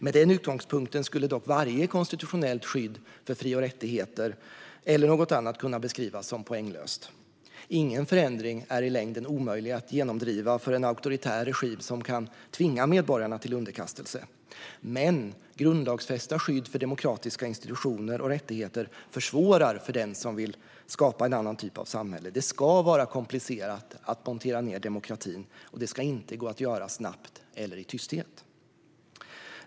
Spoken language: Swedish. Med denna utgångspunkt skulle dock varje konstitutionellt skydd för fri och rättigheter eller något annat kunna beskrivas som poänglöst. Ingen förändring är i längden omöjlig att genomdriva för en auktoritär regim som kan tvinga medborgarna till underkastelse, men grundlagsfästa skydd för demokratiska institutioner och rättigheter försvårar för den som vill skapa en annan typ av samhälle. Det ska vara komplicerat att montera ned demokratin, och det ska inte gå att göra snabbt eller i tysthet.